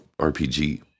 RPG